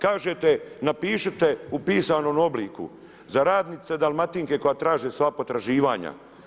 Kažete napišite u pisanom obliku za radnice Dalmatinke koje traže svoja potraživanja.